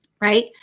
right